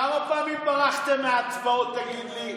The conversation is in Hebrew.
כמה פעמים ברחתם מהצבעות, תגיד לי?